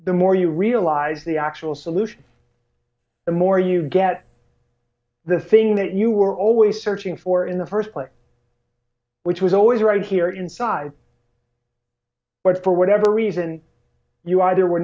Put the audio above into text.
the more you realize the actual solution the more you get the thing that you were always searching for in the first place which was always right here inside but for whatever reason you either were